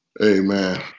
Amen